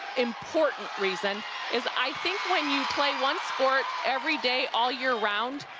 important reason is i think when you play one sport every day all year round,